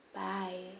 bye